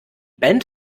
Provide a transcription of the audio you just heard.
band